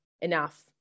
Enough